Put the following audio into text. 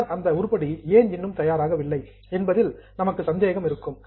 பின்னர் அந்த உருப்படி ஏன் இன்னும் தயாராகவில்லை என்பதில் எனக்கு சந்தேகம் இருக்கும்